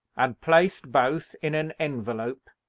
and placed both in an envelope,